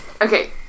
Okay